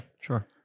sure